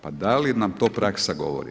Pa da li nam to praksa govori?